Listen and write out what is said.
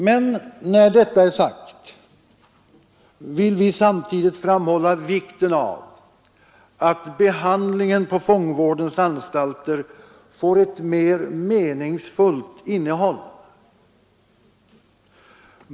Men när detta är sagt vill vi samtidigt framhålla vikten av att behandlingen på fångvårdens anstalter får ett mer meningsfullt innehåll.